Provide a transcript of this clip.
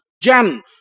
jan